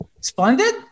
Splendid